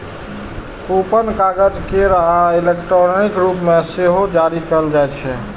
coupon कागज केर आ इलेक्ट्रॉनिक रूप मे सेहो जारी कैल जाइ छै